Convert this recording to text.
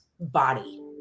body